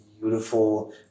beautiful